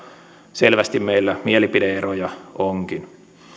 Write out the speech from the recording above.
selvästi meillä mielipide eroja onkin